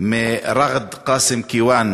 מרע'ד קאסם כיואן,